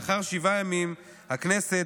לאחר שבעה ימים הכנסת,